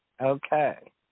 Okay